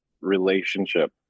relationship